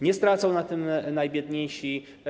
Nie stracą na tym najbiedniejsi.